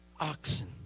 oxen